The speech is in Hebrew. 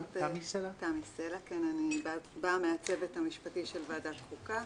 אני באה מהצוות המשפטי של ועדת חוקה,